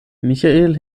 michael